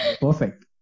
perfect